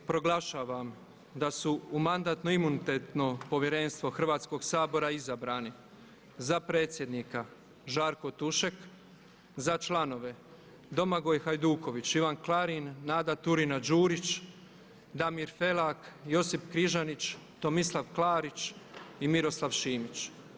Proglašavam da su u Mandatno-imunitetno povjerenstvo Hrvatskog sabora izabrani za predsjednika Žarko Tušek, za članove Domagoj Hajduković, Ivan Klarin, Nada Turina-Đurić, Damir Felak, Josip Križanić, Tomislav Klarić i Miroslav Šimić.